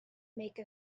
make